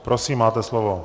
Prosím, máte slovo.